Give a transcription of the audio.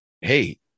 hey